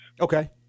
Okay